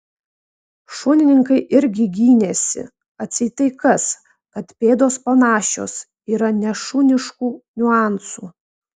šunininkai irgi gynėsi atseit tai kas kad pėdos panašios yra nešuniškų niuansų